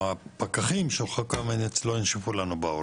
שהפקחים של חוק קמיניץ לא ינשפו לנו בעורף.